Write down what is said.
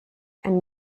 and